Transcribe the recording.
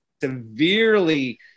severely